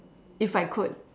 if I could